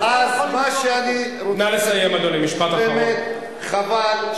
שהיא באמת הולכת לשלום.